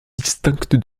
distincte